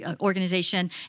organization